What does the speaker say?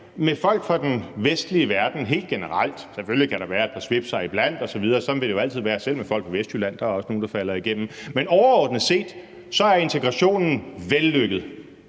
med folk fra den vestlige verden helt generelt – selvfølgelig kan der være et par svipsere iblandt osv., sådan vil det jo altid være, selv med folk fra Vestjylland; der er også nogle af dem, der falder igennem, men overordnet set er integrationen vellykket